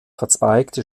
verzweigte